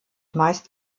meist